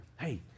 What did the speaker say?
Hey